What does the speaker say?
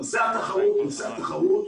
נושא התחרות.